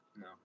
No